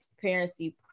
transparency